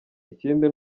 ikindi